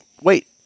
Wait